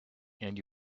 and